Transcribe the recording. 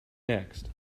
next